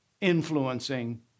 influencing